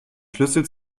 schlüssel